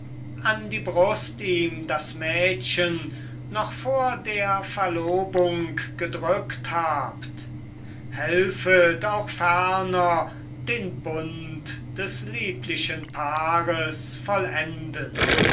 an die brust ihm das mädchen noch vor der verlobung gedrückt habt helfet auch ferner den bund des lieblichen paares vollenden